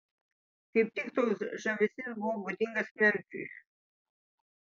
kaip tik toks žavesys buvo būdingas memfiui